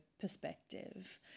perspective